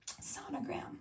sonogram